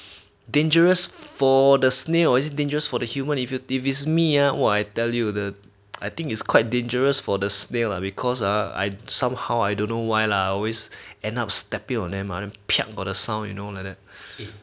dangerous for the snail is it dangerous for the human if it if it's me ah !wah! I tell you the I think it's quite dangerous for the snail ah because ah I somehow I don't know why lah always end up stepping on them ah then got the sound you know like that